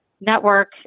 network